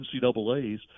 NCAAs